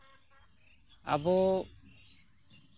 ᱟᱵᱚ